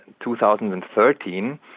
2013